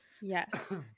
yes